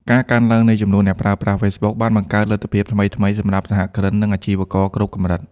ការកើនឡើងនៃចំនួនអ្នកប្រើប្រាស់ Facebook បានបង្កើតលទ្ធភាពថ្មីៗសម្រាប់សហគ្រិន និងអាជីវករគ្រប់កម្រិត។